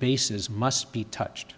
bases must be touched